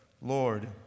Lord